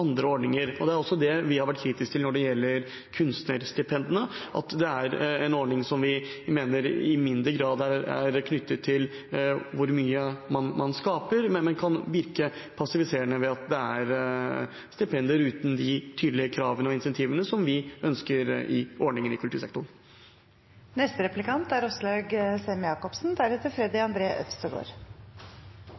andre ordninger. Det vi har vært kritisk til når det gjelder kunstnerstipendene, er at det er en ordning som vi mener i mindre grad er knyttet til hvor mye man skaper, men kan virke passiviserende ved at det er stipender uten de tydelige kravene og insentivene som vi ønsker i ordningene i kultursektoren. Jeg opplever at Fremskrittspartiet er